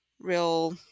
real